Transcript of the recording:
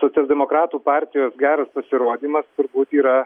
socialdemokratų partijos geras pasirodymas turbūt yra